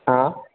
हँ